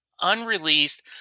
unreleased